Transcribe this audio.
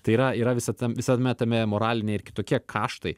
tai yra yra visa tam visame tame moraliniai ir kitokie kaštai